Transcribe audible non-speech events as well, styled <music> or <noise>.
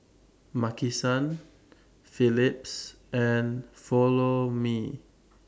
Maki San <noise> Phillips and Follow Me